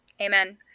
amen